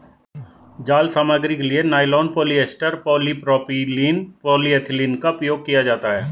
जाल सामग्री के लिए नायलॉन, पॉलिएस्टर, पॉलीप्रोपाइलीन, पॉलीएथिलीन का उपयोग किया जाता है